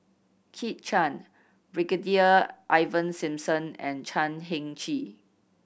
Kit Chan Brigadier Ivan Simson and Chan Heng Chee